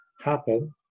happen